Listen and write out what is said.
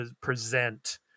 present